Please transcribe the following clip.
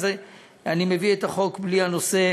אז אני מביא את החוק בלי הנושא